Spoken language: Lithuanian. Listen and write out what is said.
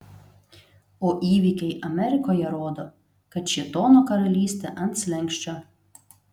o įvykiai amerikoje rodo kad šėtono karalystė ant slenksčio